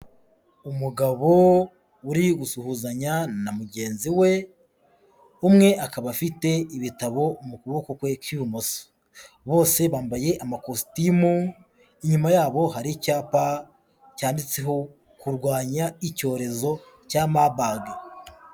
Umugabo uri gusuhuzanya na mugenzi we, umwe akaba afite ibitabo mu kuboko kwe kw'ibumoso. Bose bambaye amakositimu, inyuma yabo hari icyapa cyanditseho kurwanya icyorezo cya Marburg.